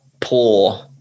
poor